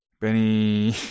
Benny